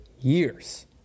years